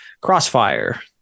crossfire